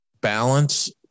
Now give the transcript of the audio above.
balance